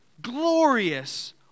glorious